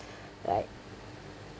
like